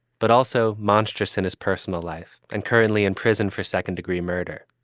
but also monstrous in his personal life and currently in prison for second degree murder.